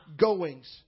goings